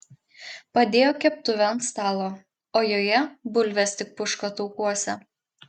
padėjo keptuvę ant stalo o joje bulvės tik puška taukuose